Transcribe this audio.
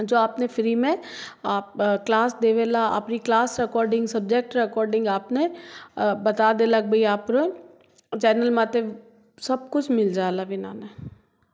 जो आपने फ्री में क्लास देवे ला अपनी क्लास अकॉर्डिंग सब्जेक्ट अकॉर्डिंग आपने बता देलक आप्र चैनल मत सब कुछ मिल जला विना ने